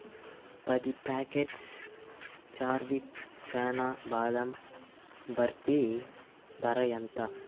పది ప్యాకెట్స్ చార్విక్ చానా బాదం బర్ఫీ ధర ఎంత